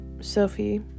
sophie